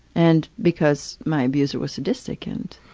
and because my abuser was sadistic. and